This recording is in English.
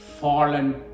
fallen